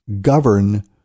govern